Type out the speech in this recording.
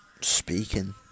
speaking